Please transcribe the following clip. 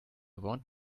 want